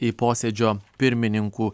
į posėdžio pirmininkų